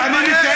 אתה לא מתבייש?